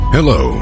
Hello